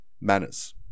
manners